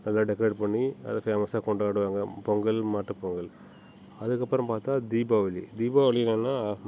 அதை டெக்ரேட் பண்ணி அதை ஃபேமஸாக கொண்டாடுவாங்க பொங்கல் மாட்டுப்பொங்கல் அதுக்கப்பறம் பார்த்தா தீபாவளி தீபாவளி என்னென்னா